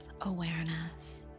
awareness